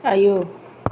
आयौ